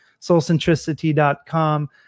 soulcentricity.com